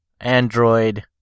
Android